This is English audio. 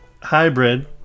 hybrid